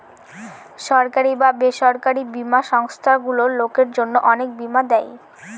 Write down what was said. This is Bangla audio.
সরকারি বা বেসরকারি বীমা সংস্থারগুলো লোকের জন্য অনেক বীমা দেয়